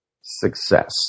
success